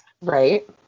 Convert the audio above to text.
Right